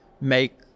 make